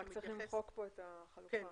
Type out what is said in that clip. צריך למחוק כאן את החלופה.